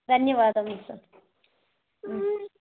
ధన్యవాదములు సార్